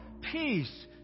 peace